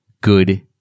good